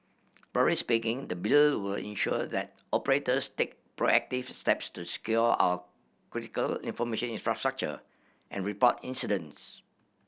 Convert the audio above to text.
broadly speaking the Bill will ensure that operators take proactive steps to secure our critical information infrastructure and report incidents